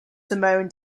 samoan